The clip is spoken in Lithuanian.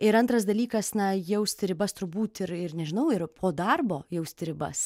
ir antras dalykas na jausti ribas turbūt ir ir nežinau ir po darbo jausti ribas